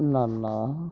ನನ್ನ